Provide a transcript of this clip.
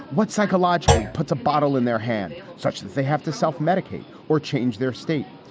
what's psychologically puts a bottle in their hand such that they have to self medicate or change their state.